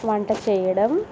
వంట చేయడం